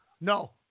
no